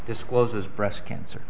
discloses breast cancer